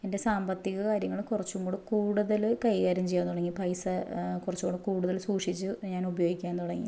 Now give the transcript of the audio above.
എൻ്റെ സാമ്പത്തിക കാര്യങ്ങൾ കുറച്ചും കൂടെ കൂടുതൽ കൈകാര്യം ചെയ്യാൻ തുടങ്ങി പൈസ കുറച്ച് കൂടെ കൂടുതൽ സൂക്ഷിച്ച് ഞാനുപയോഗിക്കാൻ തുടങ്ങി